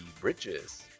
bridges